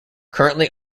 currently